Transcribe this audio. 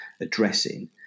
addressing